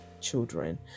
children